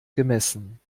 gemessen